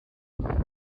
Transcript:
google